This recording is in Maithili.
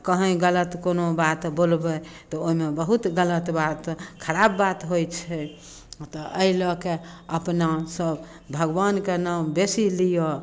आ कहीँ गलत कोनो बात बोलबै तऽ ओहिमे बहुत गलत बात खराब बात होइ छै तऽ एहि लऽ कऽ अपना सभ भगवानके नाम बेसी लिअ